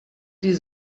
die